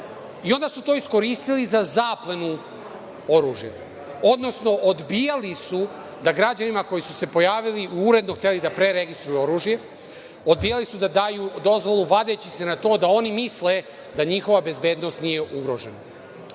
i onda su to iskoristili za zaplenu oružja, odnosno odbijali su da građanima koji su se pojavili, uredno hteli da preregistruju oružje, odbijali su da daju dozvolu vadeći se na to da oni misle da njihova bezbednost nije ugrožena. Ovo